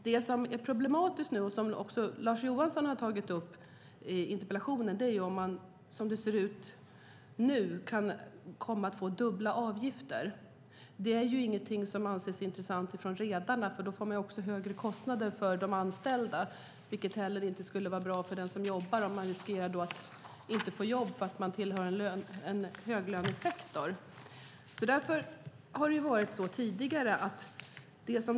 Det som är problematiskt nu, och som också Lars Johansson tog upp i interpellationen, är om det som det ser ut nu kan bli dubbla avgifter. Det är inget som anses intressant från Sveriges Redareförenings sida eftersom de då får högre kostnader för de anställda, vilket inte är bra för den anställde som riskerar att inte få jobb därför att denne hör till en höglönesektor.